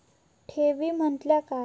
ठेवी म्हटल्या काय?